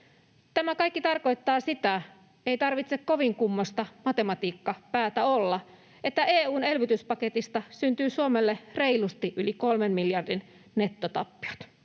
Tämä kaikki tarkoittaa sitä — ei tarvitse kovin kummoista matematiikkapäätä olla — että EU:n elpymispaketista syntyy Suomelle reilusti yli 3 miljardin nettotappiot.